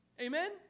Amen